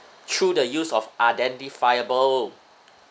through the use of identifiable